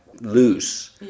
loose